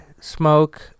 smoke